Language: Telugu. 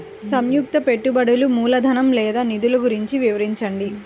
సంయుక్త పెట్టుబడులు మూలధనం లేదా నిధులు గురించి వివరించండి?